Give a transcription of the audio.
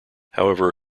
however